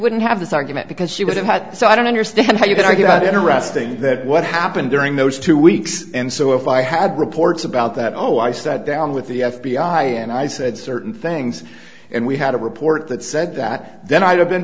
wouldn't have this argument because she would have had so i don't understand how you could argue that in arresting that what happened during those two weeks and so if i had reports about that oh i sat down with the f b i and i said certain things and we had a report that said that then i'd have been